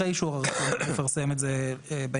אחרי האישור לפרסם את זה באינטרנט.